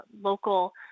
local